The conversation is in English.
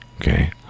okay